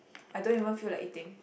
I don't even feel like eating